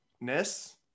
ness